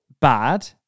bad